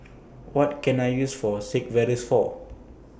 What Can I use For Sigvaris For